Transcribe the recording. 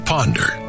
Ponder